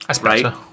right